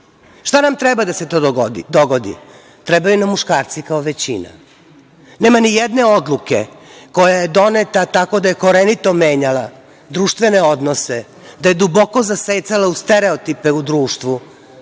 nam treba da se to dogodi? Trebaju nam muškarci kao većina. Nema nijedne odluke koja je doneta tako da je korenito menjala društvene odnose, da je duboko zasecala u stereotipe u društvu,